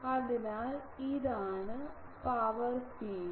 അതിനാൽ ഇതാണ് power field